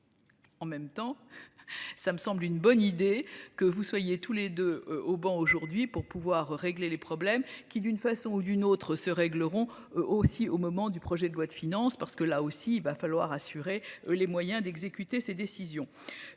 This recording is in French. En même temps. Ça me semble une bonne idée, que vous soyez tous les deux au banc aujourd'hui pour pouvoir régler les problèmes qui, d'une façon ou d'une autre se régleront aussi au moment du projet de loi de finances. Parce que là aussi il va falloir assurer les moyens d'exécuter ces décisions.